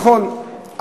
נכון,